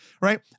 right